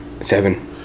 Seven